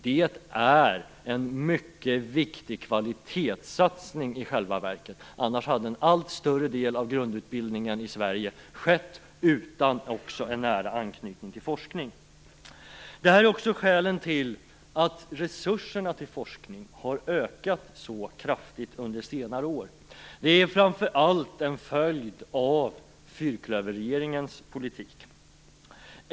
Det är i själva verket en mycket viktig kvalitetssatsning, annars hade en allt större del av grundutbildningen i Sverige skett utan en nära anknytning till forskningen. Detta är också skälen till att resurserna till forskningen har ökat så kraftigt under senare år. Det är framför allt en följd av fyrklöverregeringens politik.